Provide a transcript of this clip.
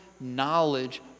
knowledge